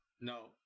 no